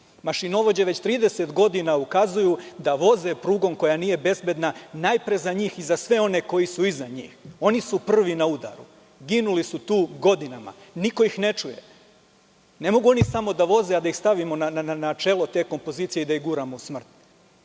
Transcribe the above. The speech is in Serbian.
Mašinovođe već 30 godina ukazuju da voze prugom koja nije bezbedna najpre za njih i za sve one koje su iznad njih. Oni su prvi na udaru. Ginuli su tu godinama. Niko ih ne čuje. Ne mogu oni samo da voze, a da ih stavimo na čelo te kompozicije i da je guramo u